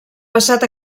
passat